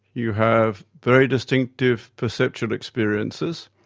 you have very distinctive perceptual experiences.